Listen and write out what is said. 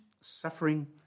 suffering